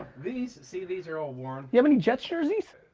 these, see these are all worn. you have any jets' jerseys?